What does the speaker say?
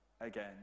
again